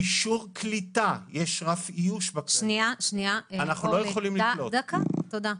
אנחנו יכולים לשלוח לכם את הווידאו.